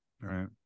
Right